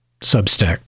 Substack